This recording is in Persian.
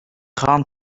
خوام